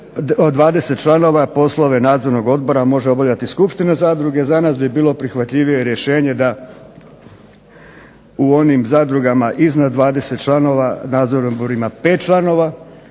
20 članova, poslove nadzornog odbora može obavljati skupština zadruge. Za nas bi bilo prihvatljivije rješenje da u onim zadrugama iznad 20 članova nadzorni odbor ima 5 članova,